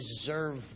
deserve